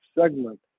segment